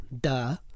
Duh